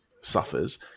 suffers